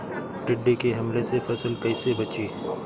टिड्डी के हमले से फसल कइसे बची?